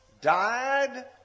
died